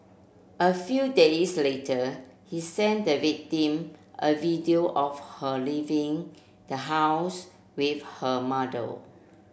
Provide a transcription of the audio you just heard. a few days later he sent the victim a video of her leaving the house with her mother